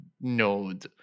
node